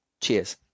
Cheers